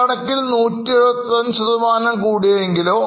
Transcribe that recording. കണക്കിൽ 175 ശതമാനം കൂടിയെങ്കിലും